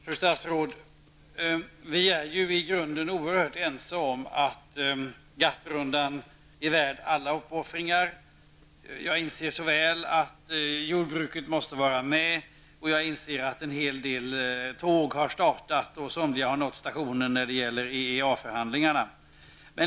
Herr talman! Vi är i grunden oerhört ense om att GATT-rundan är värd alla uppoffringar, fru statsråd. Jag är väl medveten om att jordbruket måste vara med och att en hel del tåg har startat, varav vissa har nått stationen när det gäller EEA förhandlingarna.